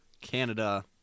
Canada